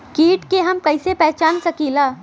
कीट के हम कईसे पहचान सकीला